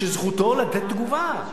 זכותו לתת תגובה.